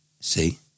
See